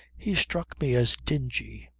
he struck me as dingy,